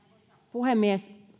puhemies